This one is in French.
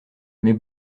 mais